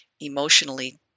emotionally